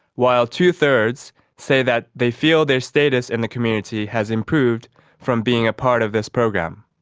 while two-thirds say that they feel their status in the community has improved from being a part of this program.